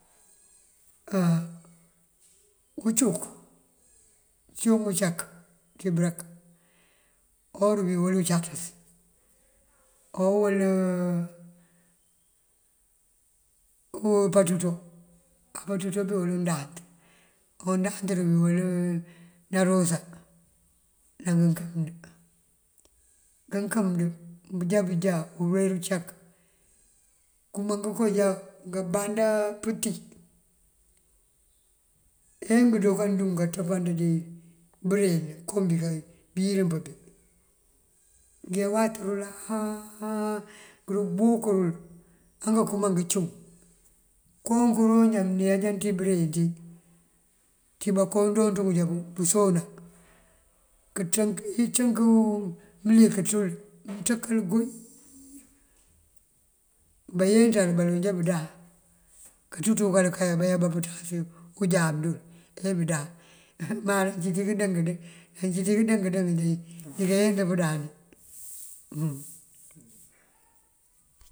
Á ngëncunk cíwun ngëncak ţí bërëk. Orúu wël cáakës, owël umpaţ ţël, ompaţ uncut duwee wël undáant, owundáant rúuwee wël ndarosá ná mëënkand. Kankëbënd bujáak uler uncak, kuma ngun kanjá ngamban pëtí bënjee ngeewatërëlaa, ngëmbúkërël angënkëm angëncum. Kon jonjá mëneenjan ţí bëreŋ ţí, ţí boonk joon joontú já búk soná, iţënk mëlik ţul bayenţal baloŋ já bundáan. Kanţú bëkël kankay abayá káanţas unjáam dul ajá bundáan má nancínţí ndëng ndëng dí kayenţ pëndáan.